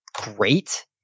great